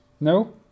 No